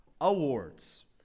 awards